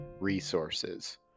resources